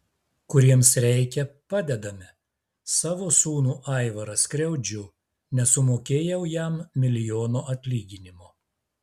kuriems reikia padedame savo sūnų aivarą skriaudžiu nesumokėjau jam milijono atlyginimo